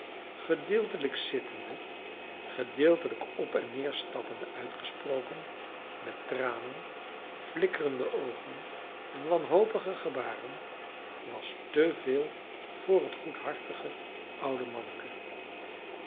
gedeeltelijk zittende gedeeltelijk op en neer stappende uitgesproken met tranen flikkerende oogen en wanhopige gebaren was te veel voor het goedhartige oude manneke